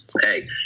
Hey